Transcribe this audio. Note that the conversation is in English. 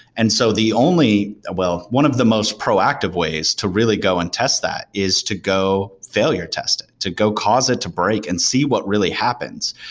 and so the only well, one of the most proactive ways to really go and test that is to go failure test, to go cause it to break and see what really happens,